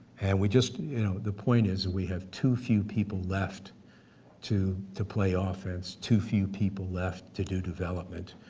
and we just you know the point is we have too few people left to play ah offense, too few people left to do development,